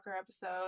episode